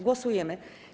Głosujemy.